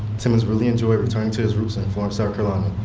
timmons really enjoyed returning to his roots in florence, south carolina,